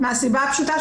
מהסיבה הפשוטה,